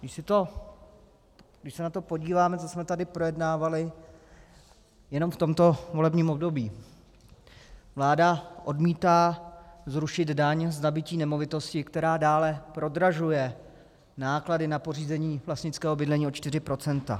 Když se na to podíváme, co jsme tady projednávali jenom v tomto volebním období vláda odmítá zrušit daň z nabytí nemovitosti, která dále prodražuje náklady na pořízení vlastnického bydlení o 4 %.